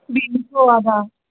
बिनोथ' आदा